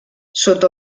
sota